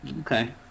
Okay